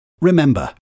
Remember